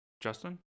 justin